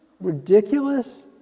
ridiculous